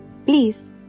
Please